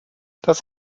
das